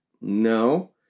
no